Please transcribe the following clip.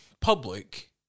public